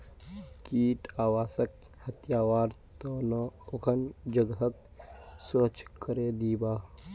कीट आवासक हटव्वार त न उखन जगहक स्वच्छ करे दीबा